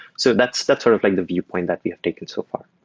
so that's that's sort of like the viewpoint that we have taken so far.